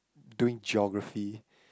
doing geography